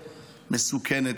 מסוכנת,